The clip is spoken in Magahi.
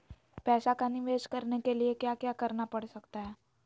पैसा का निवेस करने के लिए क्या क्या करना पड़ सकता है?